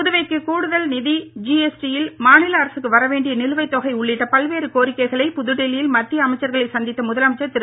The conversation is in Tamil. புதுவைக்கு கூடுதல் நிதி ஜிஎஸ்டியில் மாநில அரசுக்கு வர வேண்டிய நிலுவைத் தொகை உள்ளிட்ட பல்வேறு கோரிக்கைகளை புதுடில்லியில் மத்திய அமைச்சர்களை சந்தித்த முதலமைச்சர் திரு